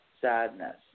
sadness